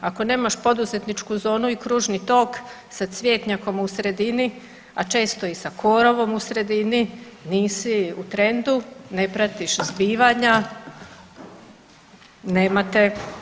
Ako nemaš poduzetničku zonu i kružni tok sa cvjetnjakom u sredini, a često i sa korovom u sredini nisi u trendu, ne pratiš zbivanja, nema te.